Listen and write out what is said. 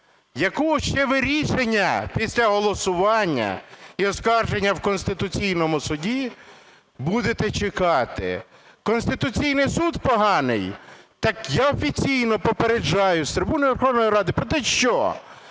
Якого ви ще рішення після голосування і оскарження в Конституційному Суді будете чекати? Конституційний суд поганий, так я офіційно попереджаю з трибуни Верховної Ради про те, що